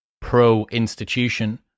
pro-institution